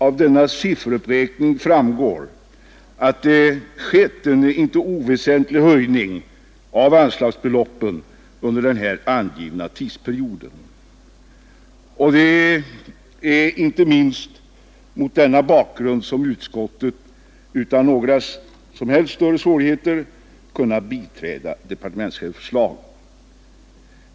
Av denna sifferuppräkning framgår att det skett en icke oväsentlig höjning av anslagsbeloppen under den angivna tidsperioden. Det är inte minst mot denna bakgrund som utskottet utan några som helst svårigheter kunnat biträda departementschefens förslag.